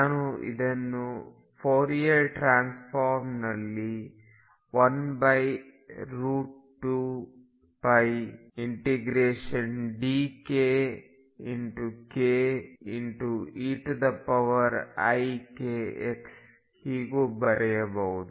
ನಾನು ಇದನ್ನು Fourier transform ನಲ್ಲಿ 12π ∫dk k eikx ಹೀಗೆ ಬರೆಯಬಹುದು